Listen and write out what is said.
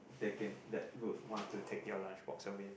taking that would want to take your lunch box away